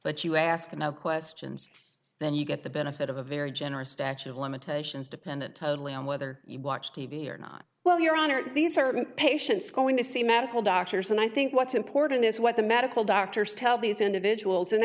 but you ask enough questions then you get the benefit of a very generous statute of limitations dependent totally on whether you watch t v or not well your honor these are patients going to see medical doctors and i think what's important is what the medical doctors tell these individuals and